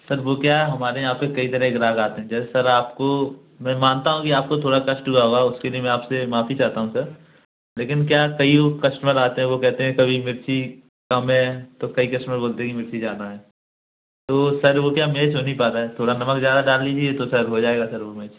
sir वो क्या है हमारे यहाँ पर कई तरह के ग्राहक आते हैं जैसे सर आप मैं मानता हूँ आपको कि आपको थोड़ा कष्ट हुआ होगा मैं उसके लिए आपसे माफ़ी चाहता हूँ सर लेकिन क्या कई और कश्टमर आते हैं वह कहते हैं कि कभी मिर्ची कम है तो कई कस्टूमर बोलते हैं कि मिर्ची ज़्यादा है तो सर वह क्या मैच हो नहीं पता है थोड़ा नमक ज़्यादा डाल लीजिए तो सर हो जाएगा सर वह मैच